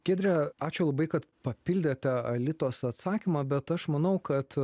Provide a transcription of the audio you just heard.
giedre ačiū labai kad papildėte aelitos atsakymą bet aš manau kad